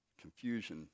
confusion